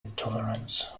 intolerance